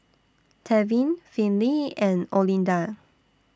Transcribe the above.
Tevin Finley and Olinda